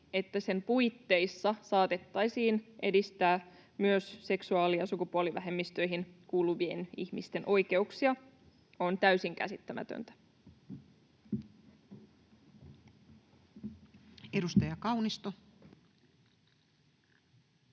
että sen puitteissa saatettaisiin edistää myös seksuaali- ja sukupuolivähemmistöihin kuuluvien ihmisten oikeuksia, on täysin käsittämätöntä. [Speech 97]